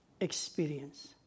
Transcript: experience